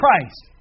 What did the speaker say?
Christ